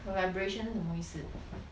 collaboration 什么意思